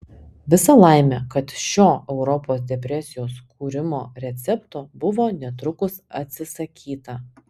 visa laimė kad šio europos depresijos kūrimo recepto buvo netrukus atsisakyta